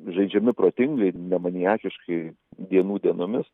žaidžiami protingai ne maniakiškai dienų dienomis